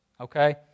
okay